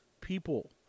people